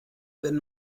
wenn